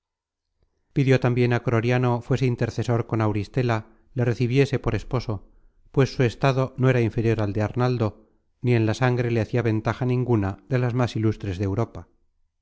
pidió tambien á croriano fuese intercesor con auristela le recebiese por esposo pues su estado no era inferior al de arnaldo ni en la sangre le hacia ventaja ninguna de las más ilustres de europa